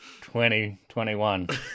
2021